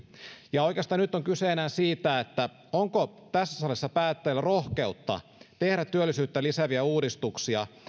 ja oikeastaan nyt on kyse enää siitä onko tässä salissa päättäjillä rohkeutta tehdä työllisyyttä lisääviä uudistuksia